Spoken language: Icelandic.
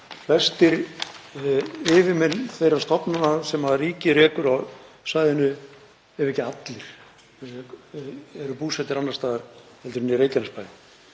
flestir yfirmenn þeirra stofnana sem ríkið rekur á svæðinu, ef ekki allir, eru búsettir annars staðar heldur en í Reykjanesbæ.